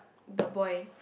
the boy